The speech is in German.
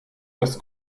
das